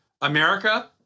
America